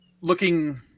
looking